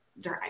dry